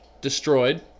destroyed